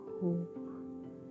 hope